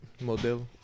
Modelo